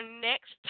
next